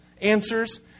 answers